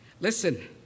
listen